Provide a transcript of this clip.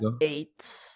eight